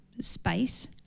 space